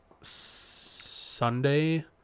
Sunday